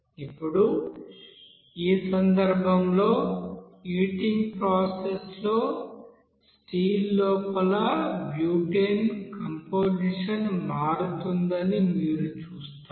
ఇప్పుడు ఈ సందర్భంలో హీటింగ్ ప్రాసెస్ లో స్టీల్ లోపల బ్యూటేన్ కంపొజిషన్ మారుతుందని మీరు చూస్తారు